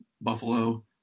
Buffalo